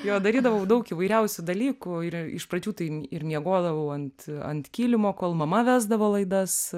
jo darydavau daug įvairiausių dalykų ir iš pradžių tai ir miegodavau ant ant kilimo kol mama vesdavo laidas